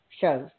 shows